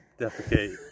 defecate